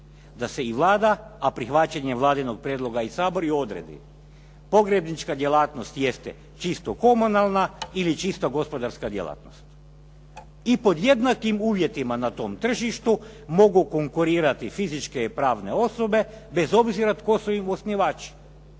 da se i Vlada, a prihvaćanjem Vladinog prijedloga i Sabor i odredi. Pogrebnička djelatnost jeste čisto komunalna ili čista gospodarska djelatnost? I pod jednakim uvjetima na tom tržištu mogu konkurirati fizičke i pravne osobe bez obzira tko su im osnivači.